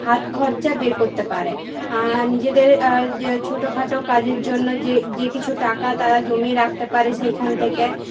হাতখরচা বের করতে পারে নিজেদের যে ছোটখাটো কাজের জন্য যে যে কিছু টাকা তারা জমিয়ে রাখতে পারে সেইখান থেকে